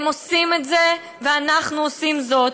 הם עושים את זה ואנחנו עושים זאת,